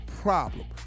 problem